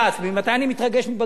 ממתי אני מתרגש מבג"ץ?